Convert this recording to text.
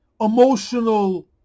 emotional